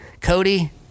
Cody